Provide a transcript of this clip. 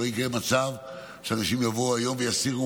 שלא יקרה מצב שאנשים יבואו היום ויסירו